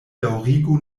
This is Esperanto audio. daŭrigu